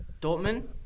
Dortmund